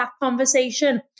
conversation